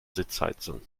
sitzheizung